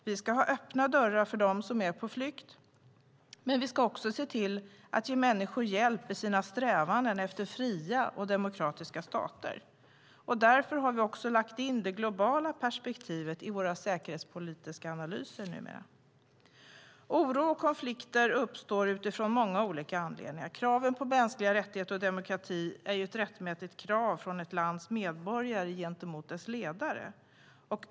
Vi ska ha öppna dörrar för dem som är på flykt, men vi ska också se till att ge människor hjälp i sina strävanden efter fria och demokratiska stater. Därför har vi också lagt in det globala perspektivet i våra säkerhetspolitiska analyser. Oro och konflikter uppstår utifrån många olika anledningar. Kraven på mänskliga rättigheter och demokrati är rättmätiga från ett lands medborgare gentemot dess ledare.